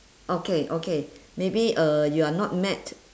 okay okay maybe uh you are not mad